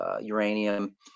uranium